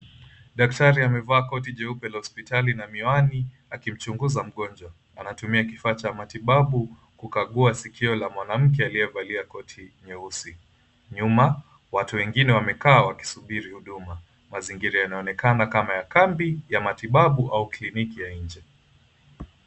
Daktari amevaa koti jeupe la hospitali na miwani akimchunguza mgonjwa. Anatumia kifaa cha matibabu kukagua sikio la mwanamke aliye valia koti jeusi. Nyuma, watu wengine wamekaa wakisubiri huduma. Mazingira yanaonekana kama kambi ya matibabu au kliniki ya inje.